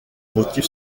motif